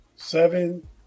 Seven